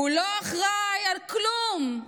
הוא לא אחראי לכלום,